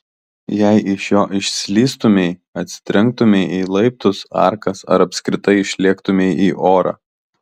jei iš jo išslystumei atsitrenktumei į laiptus arkas ar apskritai išlėktumei į orą